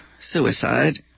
suicide